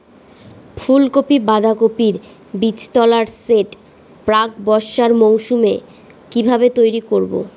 ফুলকপি বাধাকপির বীজতলার সেট প্রাক বর্ষার মৌসুমে কিভাবে তৈরি করব?